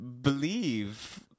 believe